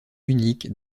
unique